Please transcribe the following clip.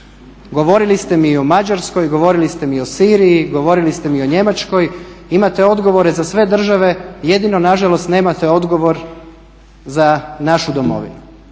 Govorili ste mi o Mađarskoj, govorili ste mi o Siriji, govorili ste mi o Njemačkoj, imate odgovore za sve države jedino nažalost nemate odgovor za našu domovinu.